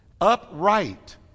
upright